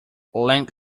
lent